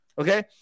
Okay